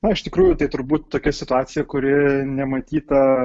na iš tikrųjų tai turbūt tokia situacija kuri nematyta